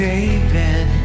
David